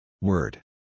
Word